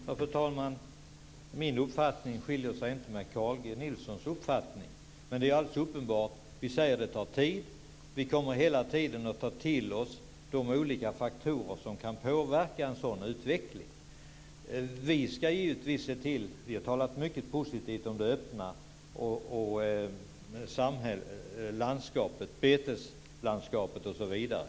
Fru talman! Min uppfattning skiljer sig inte från Carl G Nilssons. Det är alldeles uppenbart. Vi säger att det tar tid. Vi kommer hela tiden att ta till oss de olika faktorer som kan påverka utvecklingen. Vi ska givetvis se till det. Vi har talat mycket positivt om det öppna landskapet, beteslandskapet osv.